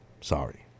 Sorry